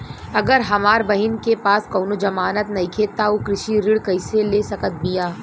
अगर हमार बहिन के पास कउनों जमानत नइखें त उ कृषि ऋण कइसे ले सकत बिया?